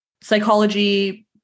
psychology